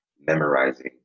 memorizing